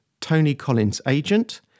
tonycollinsagent